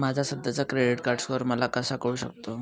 माझा सध्याचा credit score मला कसा कळू शकतो?